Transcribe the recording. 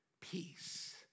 peace